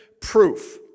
proof